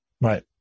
Right